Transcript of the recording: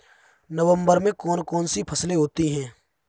नवंबर में कौन कौन सी फसलें होती हैं?